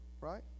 right